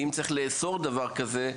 כי אם צריך לאסור דבר כזה,